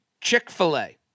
Chick-fil-A